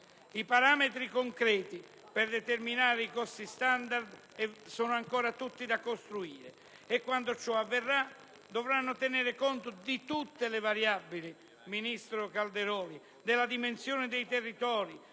I parametri concreti per determinare i costi standard sono ancora tutti da costruire, e quando ciò avverrà si dovrà tener conto di tutte le variabili, ministro Calderoli, della dimensione dei territori,